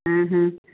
ହଁ ହଁ